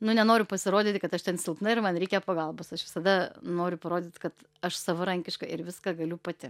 nu nenoriu pasirodyti kad aš ten silpna ir man reikia pagalbos aš visada noriu parodyt kad aš savarankiška ir viską galiu pati